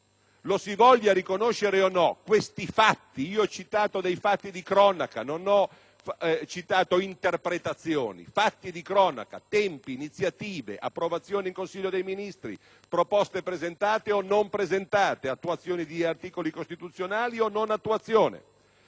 lo si voglia riconoscere o meno, questi fatti (io ho citato dei fatti di cronaca, non delle interpretazioni; fatti di cronaca, tempi, iniziative, approvazioni in Consiglio dei ministri, proposte presentate o non presentate, attuazione di articoli costituzionali o non attuazione)